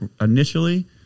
initially